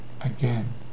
again